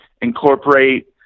incorporate